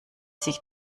sich